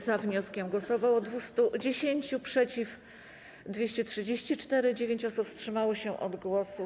Za wnioskiem głosowało 210, przeciw - 234, 9 osób wstrzymało się od głosu.